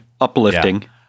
uplifting